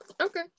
okay